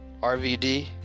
RVD